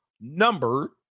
number